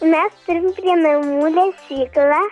mes turim prie namų lesyklą